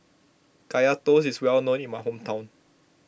Kaya Toast is well known in my hometown